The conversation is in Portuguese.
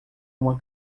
uma